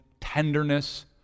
tenderness